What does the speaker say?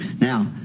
Now